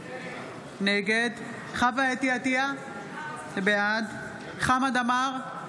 נגד חוה אתי עטייה, בעד חמד עמאר,